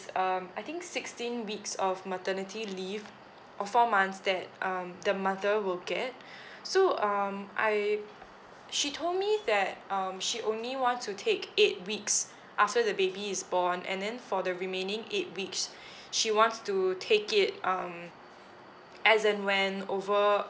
um I think sixteen weeks of maternity leave or four months that um the mother will get so um I she told me that um she only want to take eight weeks after the baby is born and then for the remaining eight weeks she wants to take it um as and when over